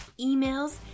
emails